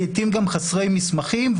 לעיתים גם חסרי מסמכים,